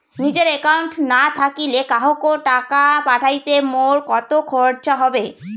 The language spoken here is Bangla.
নিজের একাউন্ট না থাকিলে কাহকো টাকা পাঠাইতে মোর কতো খরচা হবে?